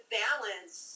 balance